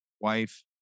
wife